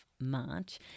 March